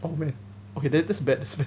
oh man then okay that's bad that's bad